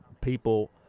people